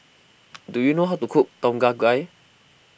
do you know how to cook Tom Kha Gai